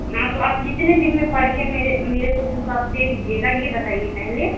हाँ तो आप कितने दिन में पढ़ के मेरे मेरे को बुक दे दीजिएगा यह बताइगा पहले